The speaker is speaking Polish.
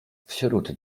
wśród